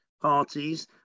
parties